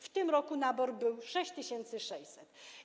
W tym roku nabór to 6600.